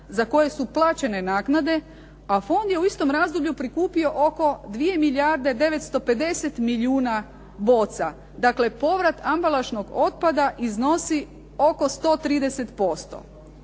za koje su plaćene naknade a fond je u istom razdoblju prikupio oko 2 milijarde 950 milijuna boca. Dakle, povrat ambalažnog otpada iznosi oko 130%.